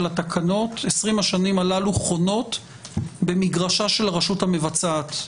התקנות חונות במגרשה של הרשות המבצעת.